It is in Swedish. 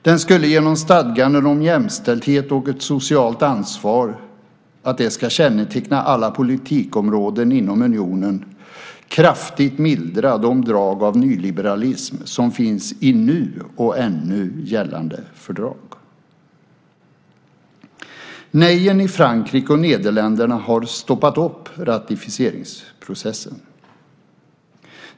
Den skulle genom stadgarna om att jämställdhet och ett socialt ansvar ska känneteckna alla politikområden inom unionen kraftigt mildra de drag av nyliberalism som finns i nu, och ännu, gällande fördrag. Nejen i Frankrike och Nederländerna har stoppat upp ratificeringsprocessen.